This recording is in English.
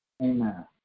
Amen